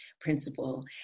principle